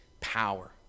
power